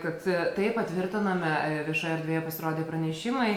kad taip patvirtiname viešoje erdvėje pasirodė pranešimai